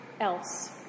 else